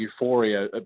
euphoria